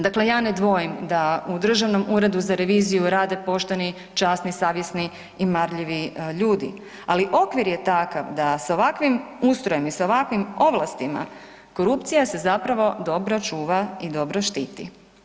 Dakle, ja ne dvojim da u Državnom uredu za reviziju rade pošteni, časni, savjesni i marljivi ljudi, ali okvir je takav da sa ovakvim ustrojem i sa ovakvim ovlastima, korupcija se zapravo dobro čuva i dobro štiti.